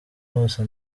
bose